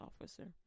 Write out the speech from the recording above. officer